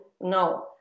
no